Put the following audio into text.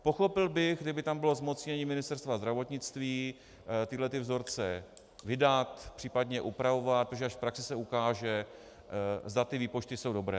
Pochopil bych, kdyby tam bylo zmocnění Ministerstva zdravotnictví tyhle vzorce vydat, příp. upravovat, protože až v praxi se ukáže, zda ty výpočty jsou dobré.